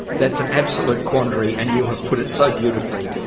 that's an absolute quandary, and you have put it so beautifully.